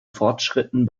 fortschritten